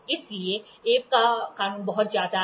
इसलिए अब्बे का कानून बहुत ज्यादा है